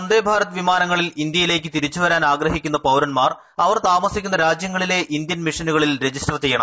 വന്ദേ ഭാരത് വിമാനങ്ങളിൽ ഇന്ത്യയിലേക്ക് തിരിച്ചുവരാൻ ആഗ്രഹിക്കുന്ന പൌരൻമാർ അവർ താമസിക്കുന്ന രാജ്യങ്ങളിലെ ഇന്ത്യൻ മിഷനുകളിൽ രജിസ്റ്റർ ചെയ്യണം